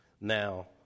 Now